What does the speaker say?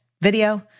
video